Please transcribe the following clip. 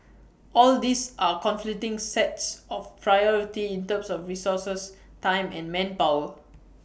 all these are conflicting sets of priority in terms of resources time and manpower